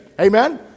Amen